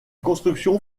construction